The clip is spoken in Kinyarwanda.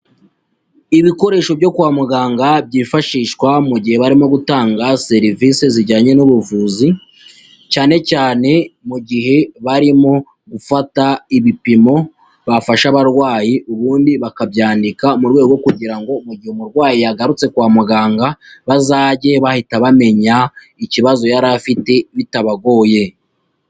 Ibikoresho byo kwa muganga byifashishwa mu gihe barimo gutanga serivisi zijyanye n'ubuvuzi cyanecyane mu gihe barimo gufata ibipimo bafashe abarwayi ubundi bakabyandika mu rwego kugira ngo mu gihe umurwayi yagarutse kwa muganga bazajye bahita bamenya ikibazo yari afite bitabagoye.